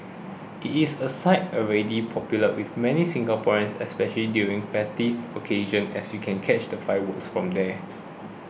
it's a site already popular with many Singaporeans especially during festive occasions as you can catch the fireworks from there